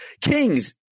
Kings